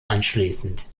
anschließend